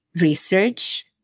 research